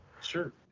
Sure